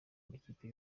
makipe